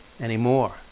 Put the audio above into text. anymore